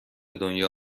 دنیا